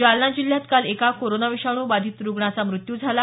जालना जिल्ह्यात काल एका कोरोना विषाणू बाधित पुरुष रुग्णांचा मृत्यू झाला